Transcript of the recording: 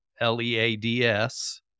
L-E-A-D-S